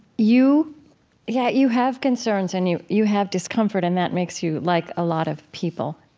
you yeah you have concerns and you you have discomfort and that makes you like a lot of people,